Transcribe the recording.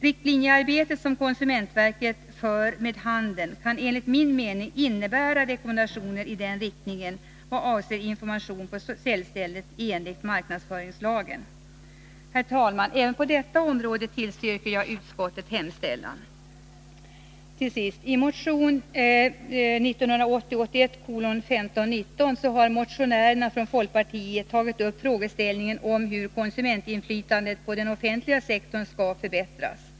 Konsumentverkets arbete med att utforma riktlinjer för hur konsumentinformationen på säljstället skall utformas kan enligt min mening innebära att rekommendationer i den riktningen utfärdas. Herr talman! Även på denna punkt yrkar jag bifall till utskottets hemställan. I motion 1980/81:1519 har motionärer från folkpartiet tagit upp frågan hur konsumentinflytandet på den offentliga sektorn skall förbättras.